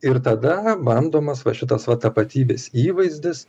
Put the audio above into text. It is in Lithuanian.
ir tada bandomas va šitas va tapatybės įvaizdis